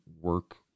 work